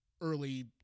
early